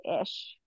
ish